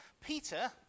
Peter